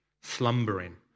slumbering